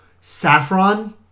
Saffron